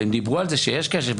והם דיברו על זה שיש קשר,